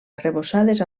arrebossades